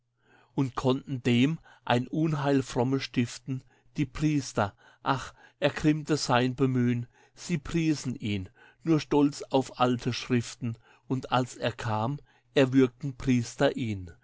und konnten dem ein unheil fromme stiften die priester ach ergrimmte sein bemühn sie priesen ihn nur stolz auf alte schriften und als er kam erwürgten priester ihn